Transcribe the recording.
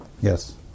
yes